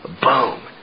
boom